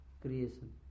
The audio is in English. creation